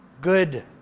good